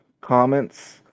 comments